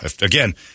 Again